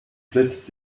split